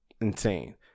insane